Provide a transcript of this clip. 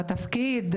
התפקיד,